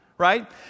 right